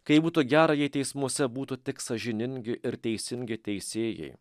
kaip būtų gera jei teismuose būtų tik sąžiningi ir teisingi teisėjai